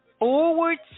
Forward